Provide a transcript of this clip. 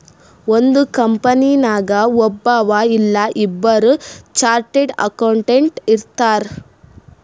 ಒಂದ್ ಕಂಪನಿನಾಗ್ ಒಬ್ಬವ್ ಇಲ್ಲಾ ಇಬ್ಬುರ್ ಚಾರ್ಟೆಡ್ ಅಕೌಂಟೆಂಟ್ ಇರ್ತಾರ್